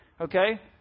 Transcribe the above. Okay